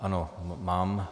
Ano, mám.